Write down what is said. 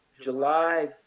July